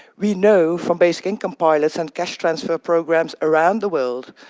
we know, from basic income pilots and cash transfer programs around the world,